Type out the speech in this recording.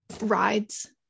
Rides